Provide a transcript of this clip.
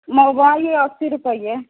बम्बइ अस्सी रुपैआ